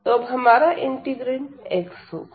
तो अब हमारा इंटीग्रैंड x होगा